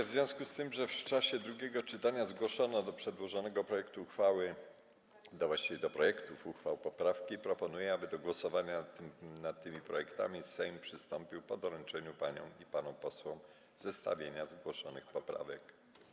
W związku z tym, że w czasie drugiego czytania zgłoszono do przedłożonych projektów uchwał poprawki, proponuję, aby do głosowania nad tymi projektami Sejm przystąpił po doręczeniu paniom i panom posłom zestawienia zgłoszonych poprawek.